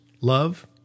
Love